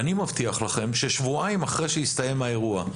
אני מבטיח לכם ששבועיים אחרי שיסתיים האירוע,